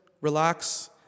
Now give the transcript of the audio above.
relax